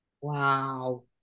Wow